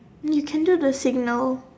you can do the signal